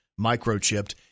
microchipped